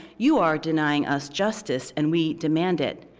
you are denying us justice, and we demand it?